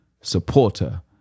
supporter